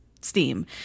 steam